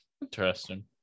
Interesting